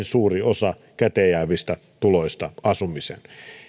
suuri osa käteenjäävistä tuloista asumiseen